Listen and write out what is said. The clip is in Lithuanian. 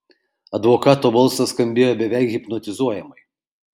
advokato balsas skambėjo beveik hipnotizuojamai